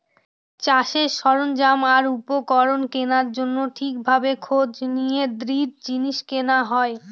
চাষের সরঞ্জাম আর উপকরণ কেনার জন্য ঠিক ভাবে খোঁজ নিয়ে দৃঢ় জিনিস কেনা হয়